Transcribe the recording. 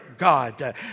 God